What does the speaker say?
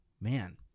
man